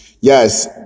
Yes